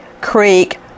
Creek